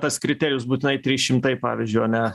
tas kriterijus būtinai trys šimtai pavyzdžiui o ne